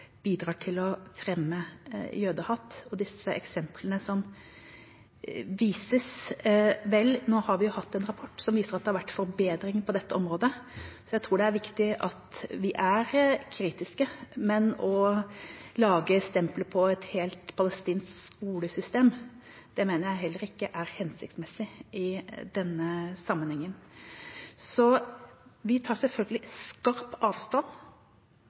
bidrar til å fremme jødehat. Med tanke på disse eksemplene som det vises til: Vel, nå har vi hatt en rapport som viser at det har vært forbedring på dette området. Jeg tror det er viktig at vi er kritiske, men å stemple et helt palestinsk skolesystem mener jeg heller ikke er hensiktsmessig i denne sammenhengen. Vi tar selvfølgelig skarpt avstand